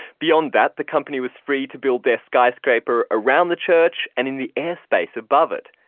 beyond that, the company was free to build their skyscraper around the church and in the airspace above it.